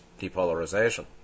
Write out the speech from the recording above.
depolarization